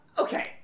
Okay